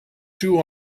two